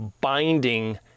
binding